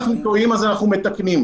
אם אנחנו טועים אז אנחנו מתקנים.